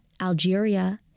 Algeria